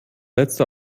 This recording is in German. letzte